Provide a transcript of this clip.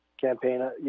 campaign